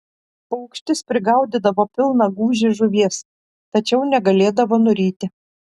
paukštis prigaudydavo pilną gūžį žuvies tačiau negalėdavo nuryti